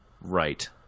Right